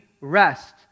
rest